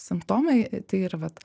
simptomai tai yra vat